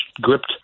gripped